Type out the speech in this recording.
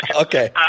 Okay